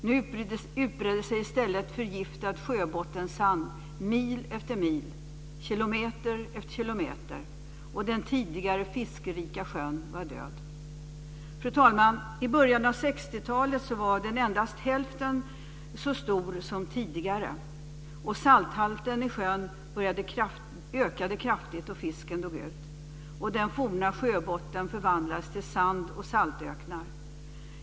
Nu utbredde sig i stället förgiftad sjöbottensand mil efter mil, kilometer efter kilometer, och den tidigare fiskrika sjön var död. Fru talman! I början av 60-talet var den endast hälften så stor som tidigare. Salthalten i sjön ökade kraftigt och fisken dog ut. Den forna sjöbotten förvandlades till sand och saltöknar.